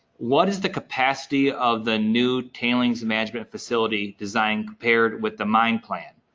what is the capacity of the new tailings management facility design compared with the mine plan?